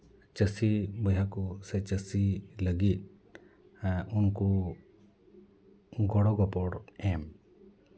ᱪᱟᱹᱥᱤ ᱵᱚᱭᱦᱟ ᱠᱚ ᱥᱮ ᱪᱟᱹᱥᱤ ᱞᱟᱹᱜᱤᱫ ᱩᱱᱠᱩ ᱜᱚᱲᱚᱜᱚᱯᱚᱲ ᱮᱢ